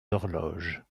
horloges